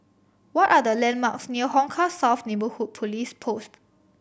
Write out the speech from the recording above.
what are the landmarks near Hong Kah South Neighbourhood Police Post